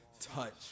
touch